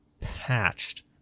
patched